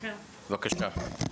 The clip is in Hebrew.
בבקשה.